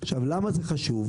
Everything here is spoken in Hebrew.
למה זה חשוב?